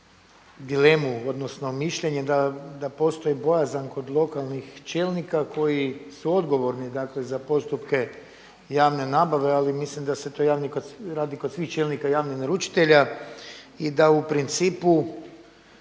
dilemu, odnosno mišljenje da postoji bojazan kod lokalnih čelnika koji su odgovorni dakle za postupke javne nabave, ali mislim da se to radi kod svih čelnika javnih naručitelja i da u principu